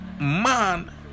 man